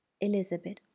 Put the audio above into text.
Elizabeth